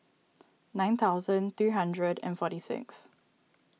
nine thousand three hundred and forty six